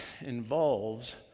involves